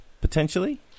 potentially